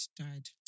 died